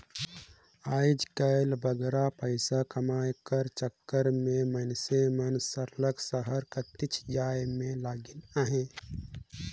आएज काएल बगरा पइसा कमाए कर चक्कर में मइनसे मन सरलग सहर कतिच जाए में लगिन अहें